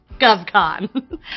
govcon